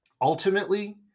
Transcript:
Ultimately